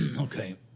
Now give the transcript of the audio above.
Okay